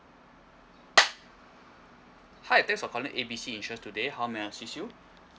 hi thanks for calling A B C insurance today how may I assist you